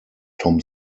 tom